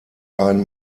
ein